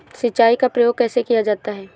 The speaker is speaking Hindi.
सिंचाई का प्रयोग कैसे किया जाता है?